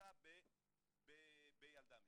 שנעשה בילדה מסוימת,